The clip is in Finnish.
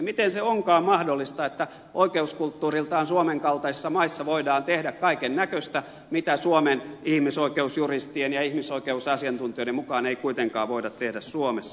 miten se onkaan mahdollista että oikeuskulttuuriltaan suomen kaltaisissa maissa voidaan tehdä kaikennäköistä mitä suomen ihmisoikeusjuristien ja ihmisoikeusasiantuntijoiden mukaan ei kuitenkaan voida tehdä suomessa